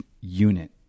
unit